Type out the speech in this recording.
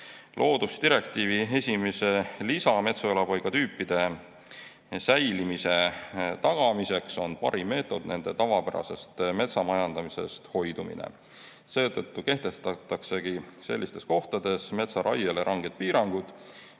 Loodusdirektiivi esimese lisa metsaelupaigatüüpide säilimise tagamiseks on parim meetod nende tavapärasest metsamajandamisest hoidumine. Seetõttu kehtestataksegi sellistes kohtades metsaraiele ranged piirangud,